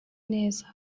neza